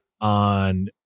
on